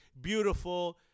beautiful